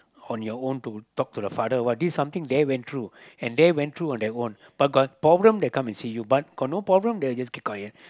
on your own to talk to the father what this something they went through and they went through on their own but got problem they come and see you but got no problem they will just keep quiet